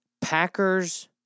Packers